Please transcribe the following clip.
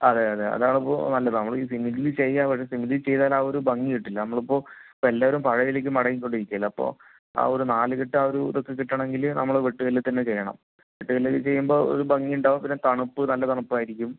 അതെ അതെ അതാണിപ്പോൾ നല്ലത് നമ്മളീ സിമൻറില് ചെയ്യാം പക്ഷെ സിമൻറില് ചെയ്താൽ ആ ഒരു ഭംഗി കിട്ടില്ല നമ്മളിപ്പോൾ ഇപ്പം എല്ലാവരും പഴയതിലേക്ക് മടങ്ങിക്കൊണ്ടിരിക്കുവല്ലേ അപ്പോൾ ആ ഒരു നാലുകെട്ട് ആ ഒരിതൊക്കെ കിട്ടണമെങ്കില് നമ്മള് വെട്ടുകല്ലിൽ തന്നെ ചെയ്യണം വെട്ടുകല്ലില് ചെയ്യുമ്പോൾ ഒരു ഭംഗിയുണ്ടാവും പിന്നെ തണുപ്പ് നല്ല തണുപ്പായിരിക്കും